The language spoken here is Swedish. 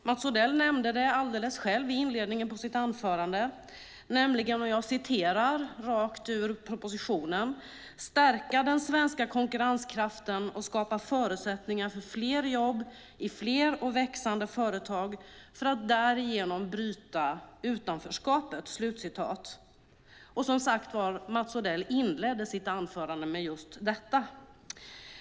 Mats Odell nämnde det alldeles själv i inledningen av sitt anförande. Jag citerar rakt ur propositionen: "Målet för näringspolitiken är att stärka den svenska konkurrenskraften och skapa förutsättningar för fler jobb i fler och växande företag, för att därigenom bryta utanförskapet." Som sagt inledde Mats Odell sitt anförande med just detta.